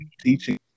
teaching